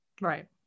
Right